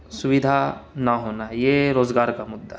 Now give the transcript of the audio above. سویدھا نہ ہونا یہ روزگار کا مدعا ہے